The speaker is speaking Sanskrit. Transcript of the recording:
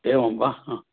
एवं वा ह